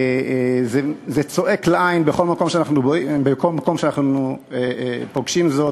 זה צועק לעין בכל מקום שאנחנו פוגשים זאת.